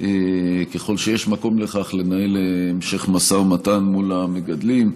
ככל שיש מקום לכך, לנהל המשך משא ומתן עם המגדלים,